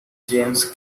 james